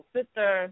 Sister